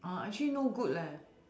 orh actually no good leh